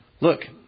look